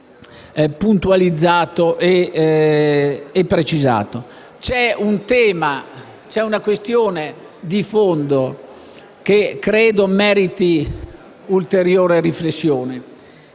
precisato. C'è una questione di fondo che credo meriti ulteriore riflessione: